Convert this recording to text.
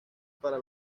para